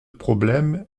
problème